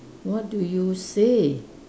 what do you say